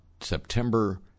September